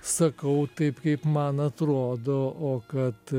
sakau taip kaip man atrodo o kad